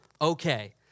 okay